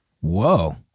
Whoa